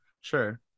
sure